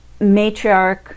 matriarch